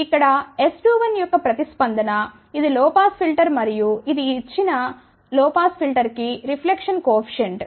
కాబట్టి ఇక్కడ S21 యొక్క ప్రతిస్పందన ఇది లొ పాస్ ఫిల్టర్ మరియు ఇది ఇచ్చిన లొ పాస్ ఫిల్టర్ కి రిప్లెక్షన్ కోఎఫిషియంట్